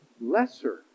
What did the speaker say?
lesser